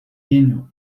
canyon